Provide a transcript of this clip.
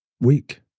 week